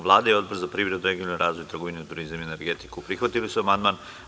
Vlada i Odbor za privredu, regionalni razvoj, trgovinu, turizam i energetiku prihvatili su amandman.